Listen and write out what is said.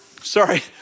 sorry